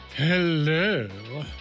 Hello